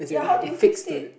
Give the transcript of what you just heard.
ya how do you fix it